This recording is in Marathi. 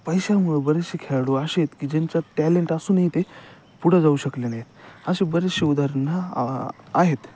पैशामुळं बरेचसे खेळाडू असे आहेत की ज्यांच्यात टॅलेंट असूनही ते पुढं जाऊ शकले नाहीत असे बरेचसे उदाहरणं आहेत